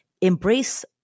embrace